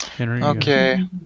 Okay